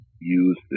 use